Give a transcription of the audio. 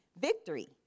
victory